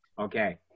Okay